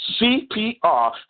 CPR